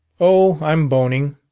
oh, i'm boning.